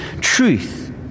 truth